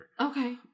Okay